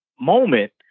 moment